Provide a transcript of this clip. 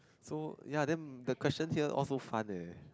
so ya then the question here all so fun eh